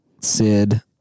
Sid